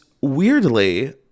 weirdly